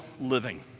living